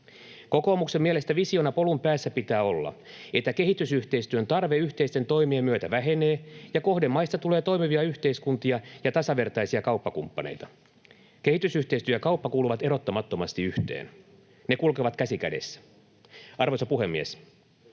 Kokoomuksen mielestä visiona polun päässä pitää olla, että kehitysyhteistyön tarve yhteisten toimien myötä vähenee ja kohdemaista tulee toimivia yhteiskuntia ja tasavertaisia kauppakumppaneita. Kehitysyhteistyö ja kauppa kuuluvat erottamattomasti yhteen. Ne kulkevat käsi kädessä. Arvoisa puhemies!